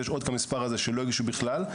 יש עוד כמספר הזה שלא הגישו בכלל,